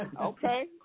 Okay